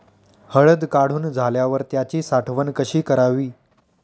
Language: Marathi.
हळद काढून झाल्यावर त्याची साठवण कशी करावी?